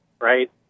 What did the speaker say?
right